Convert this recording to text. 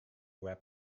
were